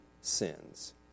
sins